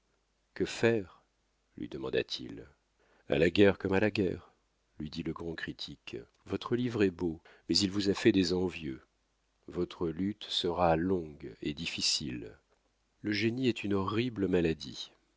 que faire lui demanda-t-il a la guerre comme à la guerre lui dit le grand critique votre livre est beau mais il vous a fait des envieux votre lutte sera longue et difficile le génie est une horrible maladie